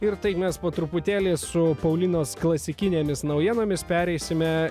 ir taip mes po truputėlį su paulinos klasikinėmis naujienomis pereisime